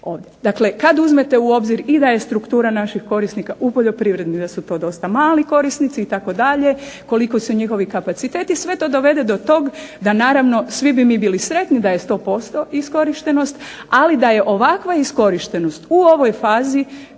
Dakle, kad uzmete u obzir i da je struktura naših korisnika u poljoprivredi da su to dosta mali korisnici itd. koliki su njihovi kapaciteti sve to dovede do tog da naravno svi bi mi bili sretni da je sto posto iskorištenost. Ali da je ovakva iskorištenost u ovoj fazi